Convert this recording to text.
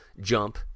jump